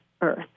Earth